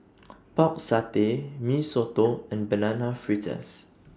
Pork Satay Mee Soto and Banana Fritters